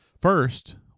First